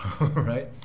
Right